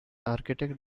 architect